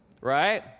Right